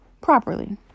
properly